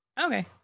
okay